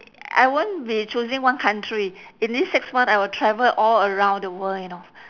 I won't be choosing one country in this six month I will travel all around the world you know